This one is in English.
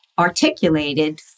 articulated